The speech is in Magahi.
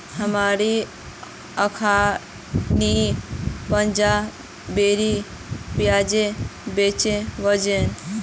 हामी अखनइ पांच बोरी प्याज बेचे व नु